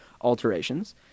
alterations